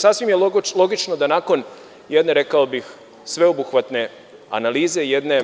Sasvim je logično da nakon jedne, rekao bih, sveobuhvatne analize, jedne